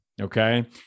Okay